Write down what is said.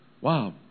Wow